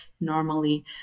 normally